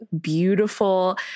beautiful